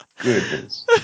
goodness